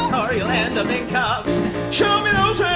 or you'll end up in show me